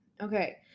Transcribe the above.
Okay